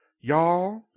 y'all